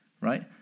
right